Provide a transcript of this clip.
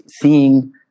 seeing